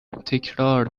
تکرار